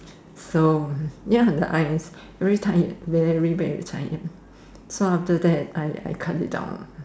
so ya the eyes so every time very very tired so after that I cut it down